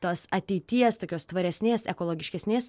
tos ateities tokios švaresnės ekologiškesnės